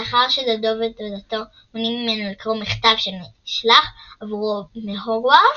לאחר שדודו ודודתו מונעים ממנו לקרוא מכתב שנשלח עבורו מהוגוורטס,